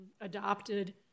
adopted